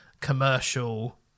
commercial